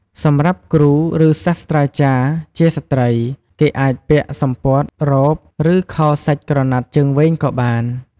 សម្រាប់គ្រូ ឬ សាស្ត្រាចារ្យជាស្ត្រី គេអាចពាក់សំពត់ រ៉ូប ឬ ខោសាច់ក្រណាត់ជើងវែងក៏បាន។